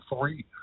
three